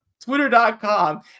twitter.com